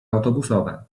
autobusowe